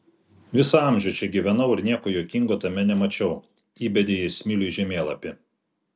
visą amžių čia gyvenau ir nieko juokingo tame nemačiau įbedė jis smilių į žemėlapį